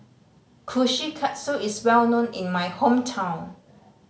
kushikatsu is well known in my hometown